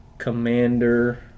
Commander